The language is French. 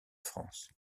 france